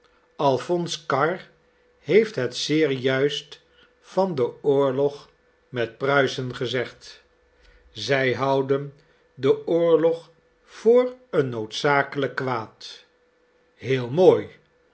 alphonse karr heeft het zeer juist van den oorlog met pruisen gezegd zij houden den oorlog voor een noodzakelijk kwaad heel mooi